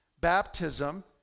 Baptism